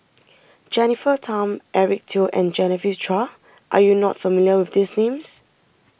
Jennifer Tham Eric Teo and Genevieve Chua are you not familiar with these names